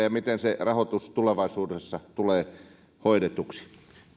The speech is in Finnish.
ja miten se rahoitus tulevaisuudessa tulee hoidetuksi